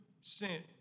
sent